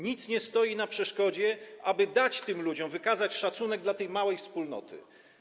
Nic nie stoi na przeszkodzie, aby dać to tym ludziom i wykazać szacunek dla tej małej wspólnoty.